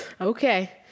Okay